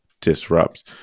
disrupts